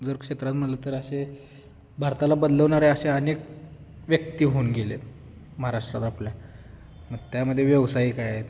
जर क्षेत्रात म्हटलं तर असे भारताला बदलवणारे असे अनेक व्यक्ती होऊन गेले आहेत महाराष्ट्रात आपल्या मग त्यामध्ये व्यवसायिक आहेत